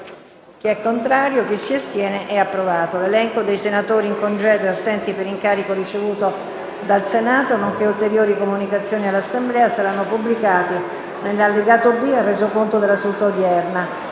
link apre una nuova finestra"). L'elenco dei senatori in congedo e assenti per incarico ricevuto dal Senato, nonché ulteriori comunicazioni all'Assemblea saranno pubblicati nell'allegato B al Resoconto della seduta odierna.